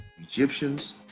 Egyptians